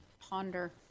ponder